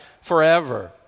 forever